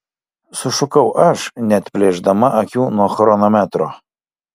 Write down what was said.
sušukau aš neatplėšdama akių nuo chronometro